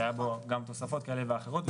שהיו בו גם תוספות כאלה ואחרות,